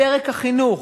פרק החינוך,